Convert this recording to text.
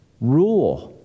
rule